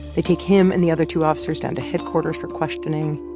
they take him and the other two officers down to headquarters for questioning